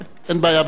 אין בעיה בכלל.